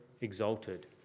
exalted